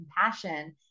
compassion